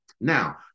Now